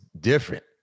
different